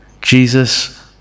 jesus